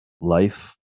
life